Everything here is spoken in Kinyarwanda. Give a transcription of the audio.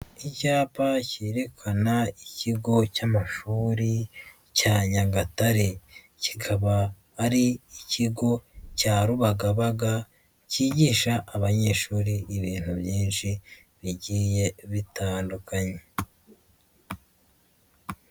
Icyapa cyerekana ikigo cy'amashuri cya Nyagatare, kikaba ari ikigo cya Rubagabaga cyigisha abanyeshuri ibintu byinshi bigiye bitandukanye.